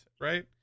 right